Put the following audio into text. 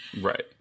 right